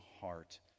heart